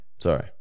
sorry